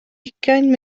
ugain